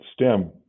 STEM